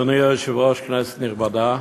אדוני היושב-ראש, כנסת נכבדה,